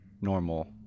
normal